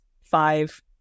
five